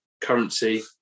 currency